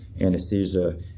anesthesia